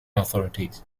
authorities